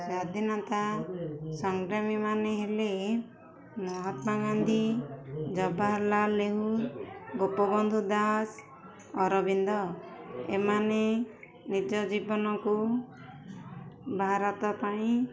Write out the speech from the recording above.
ସ୍ଵାଧୀନତା ସଂଗ୍ରାମୀମାନେ ହେଲେ ମହାତ୍ମା ଗାନ୍ଧୀ ଜବାହାରଲାଲ ନେହେରୁ ଗୋପବନ୍ଧୁ ଦାସ ଅରବିନ୍ଦ ଏମାନେ ନିଜ ଜୀବନକୁ ଭାରତ ପାଇଁ